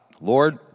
Lord